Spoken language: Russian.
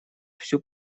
всю